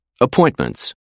Appointments